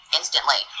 instantly